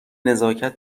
نزاکت